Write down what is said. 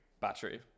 Battery